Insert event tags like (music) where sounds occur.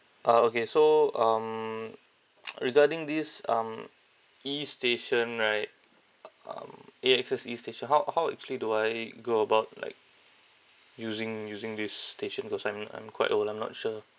ah okay so um (noise) regarding this um E station right uh um A_X_S E station how how actually do I go about like using using this station cause I'm I'm quite old I'm not sure